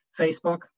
Facebook